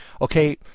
okay